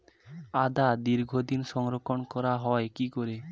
আদা দীর্ঘদিন সংরক্ষণ করা হয় কি করে?